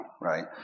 right